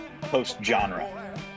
post-genre